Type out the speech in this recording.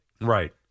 Right